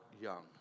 young